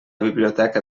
biblioteca